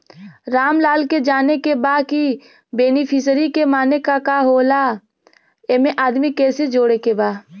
रामलाल के जाने के बा की बेनिफिसरी के माने का का होए ला एमे आदमी कैसे जोड़े के बा?